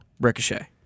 Ricochet